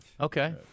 Okay